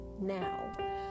now